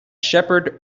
shepherd